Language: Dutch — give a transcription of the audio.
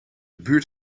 buurt